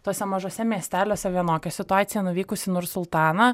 tuose mažuose miesteliuose vienokia situacija nuvykus į nursultaną